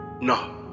No